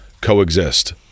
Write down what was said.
coexist